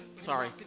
Sorry